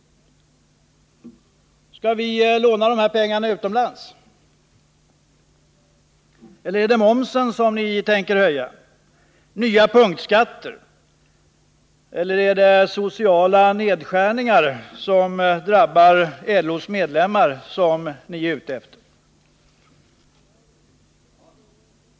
Skall pengarna lånas utomlands eller är det momsen som ni tänker höja? Är det fråga om nya punktskatter eller är det sociala nedskärningar, vilka drabbar LO:s medlemmar, som ni är ute efter?